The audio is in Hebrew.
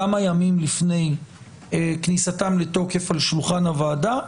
כמה ימים לפני כניסתם לתוקף על שולחן הוועדה,